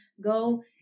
go